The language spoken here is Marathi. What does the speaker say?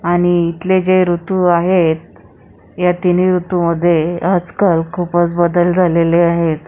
आणि इथले जे ऋतू आहेत या तिन्ही ऋतूमध्ये आजकाल खूपच बदल झालेले आहेत